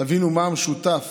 תבינו מה המשותף